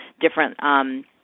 different